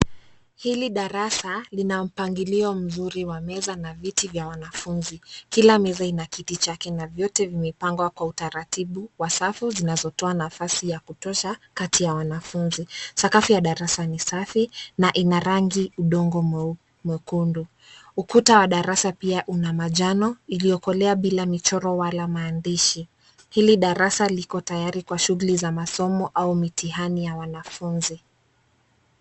Hili darasa lina mpangilio mzuri wa meza na viti vya wanafunzi. Kila meza ina kiti chake na vyote vimepangwa kwa utaratibu kwa safu zinazotoa nafasi ya kutosha kati ya wanafunzi. Sakafu ya darasa ni safi na ina rangi ya udongo mwekundu. Ukuta wa darasa pia una manjano iliyokolea bila maandishi. Hili darasa liko tayari kwa shughuli za masomo au mitihani ya wanafunzi.